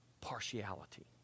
partiality